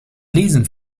lezen